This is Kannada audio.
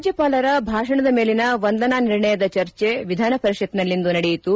ರಾಜ್ಯಪಾಲರ ಭಾಷಣದ ಮೇಲಿನ ವಂದನಾ ನಿರ್ಣಯದ ಚರ್ಚೆ ವಿಧಾನ ಪರಿಷತ್ನಲ್ಲಿಂದು ನಡೆಯಿತು